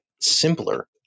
simpler